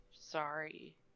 sorry